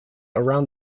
around